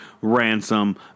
Ransom